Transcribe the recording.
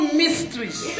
mysteries